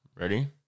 Ready